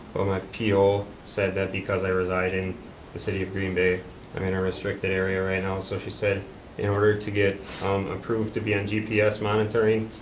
my p o. said that because i reside in the city of green bay i'm in a restricted area right now, so she said in order to get approved to be on gps monitoring,